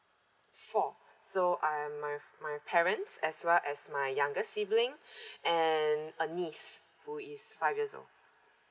four so um my my parents as well as my younger sibling and a niece who is five years old